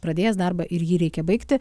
pradėjęs darbą ir jį reikia baigti